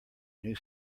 new